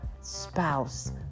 spouse